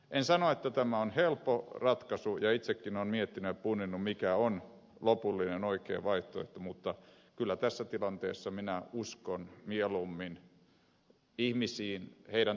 en sano että tämä on helppo ratkaisu ja itsekin olen miettinyt ja punninnut mikä on lopullinen oikea vaihtoehto mutta kyllä tässä tilanteessa minä uskon mieluummin ihmisiin heidän toiveisiinsa